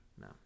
No